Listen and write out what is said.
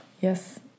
Yes